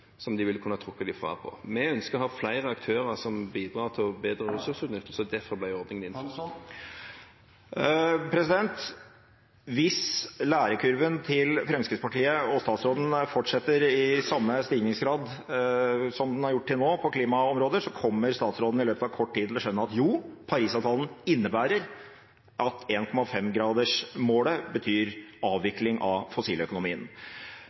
de ville kunne trukket det fra. Vi ønsker å ha flere aktører som bidrar til bedre ressursutnyttelse. Derfor ble ordningen innført. Hvis læringskurven til Fremskrittspartiet og statsråden fortsetter med samme stigningsgrad den har gjort til nå på klimaområdet, kommer statsråden i løpet av kort tid til å skjønne at jo, Paris-avtalen innebærer at 1,5-gradersmålet betyr avvikling av fossiløkonomien.